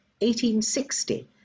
1860